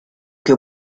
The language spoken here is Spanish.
que